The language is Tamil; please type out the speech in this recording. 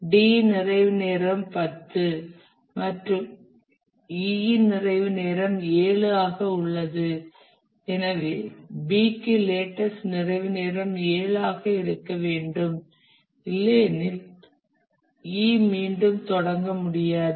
D இன் நிறைவு நேரம் 10 மற்றும் E இன் நிறைவு நேரம் 7 ஆக உள்ளது எனவே B க்கு லேட்டஸ்ட் நிறைவு நேரம் 7 ஆக இருக்க வேண்டும் இல்லையெனில் E மீண்டும் தொடங்க முடியாது